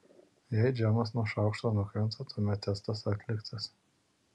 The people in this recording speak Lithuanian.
jei džemas nuo šaukšto nukrenta tuomet testas atliktas